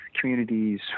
communities